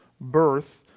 birth